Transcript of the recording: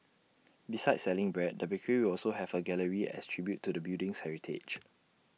besides selling bread the bakery will also have A gallery as A tribute to the building's heritage